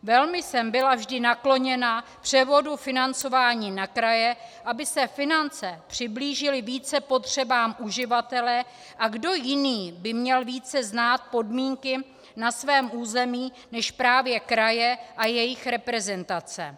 Velmi jsem byla vždy nakloněna převodu financování na kraje, aby se finance přiblížily více potřebám uživatele, a kdo jiný by měl více znát podmínky na svém území než právě kraje a jejich reprezentace.